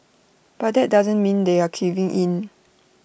but that doesn't mean they're caving in